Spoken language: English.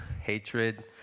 hatred